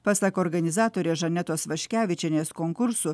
pasak organizatorės žanetos vaškevičienės konkursu